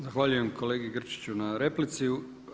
Zahvaljujem kolegi Grčiću na replici.